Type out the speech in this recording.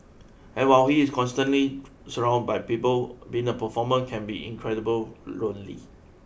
and while he is constantly surround by people being a performer can be incredible lonely